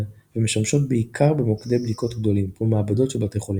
ומשמשות בעיקר במוקדי בדיקות גדולים כמו מעבדות של בתי חולים.